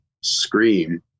scream